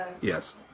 Yes